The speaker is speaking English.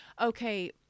okay